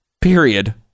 Period